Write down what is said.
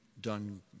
done